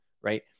Right